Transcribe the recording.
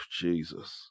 Jesus